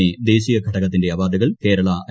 A ദേശീയ ഘടകത്തിന്റെ അവാർഡുകൾ കേരള ഐ